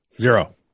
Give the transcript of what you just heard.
zero